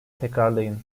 tekrarlayın